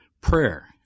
prayer